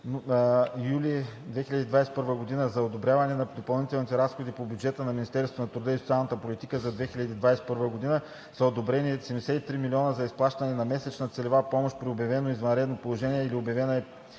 юли 2021 г. за одобряване на допълнителни разходи по бюджета на Министерството на труда и социалната политика за 2021 г. са одобрени 73 млн. лв. за изплащане на месечна целева помощ при обявено извънредно положение или обявена